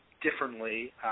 differently